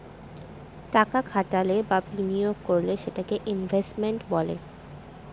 টাকা খাটালে বা বিনিয়োগ করলে সেটাকে ইনভেস্টমেন্ট বলে